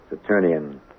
Saturnian